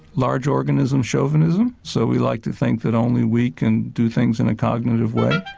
large organisms chauvinism, so we like to think that only we can do things in a cognitive way.